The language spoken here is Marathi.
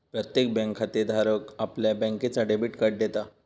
प्रत्येक बँक खातेधाराक आपल्या बँकेचा डेबिट कार्ड देता